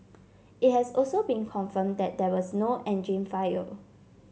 it has also been confirmed that there was no engine fire